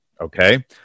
Okay